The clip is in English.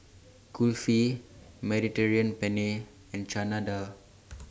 Kulfi Mediterranean Penne and Chana Dal